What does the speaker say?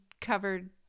covered